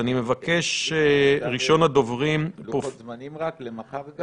לוחות זמנים רק למחר?